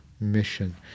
mission